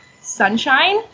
sunshine